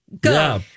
Go